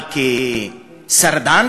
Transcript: אבל כשורד,